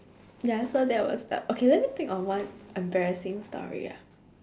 ya so that was the okay let me think of one embarrassing story ah